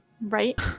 Right